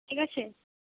ঠিক আছে